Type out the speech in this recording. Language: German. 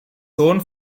sohn